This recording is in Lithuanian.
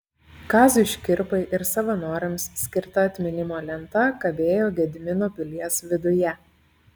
kaziui škirpai ir savanoriams skirta atminimo lenta kabėjo gedimino pilies viduje